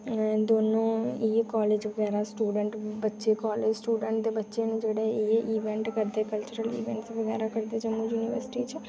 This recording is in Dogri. दौनें इ'यै कॉलेज बगैरा स्टूडेंट बच्चे कॉलेज दे बच्चे न जेह्ड़े एह् इवैंट बगैरा करदे न कल्चरल इवैंट्स बगैरा करदे जम्मू यूनिवर्सिटी च